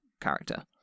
character